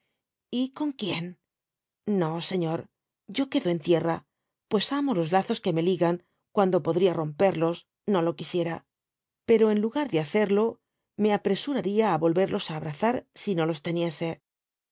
y conquien no señor yo quedo en tierra pues amo los lazos que me ligan cuando podría romperlos no lo quisiera pero en lugar de hacerlo me apresuraría á yolyerlos á abrazar si no los